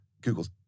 Google's